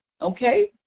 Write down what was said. Okay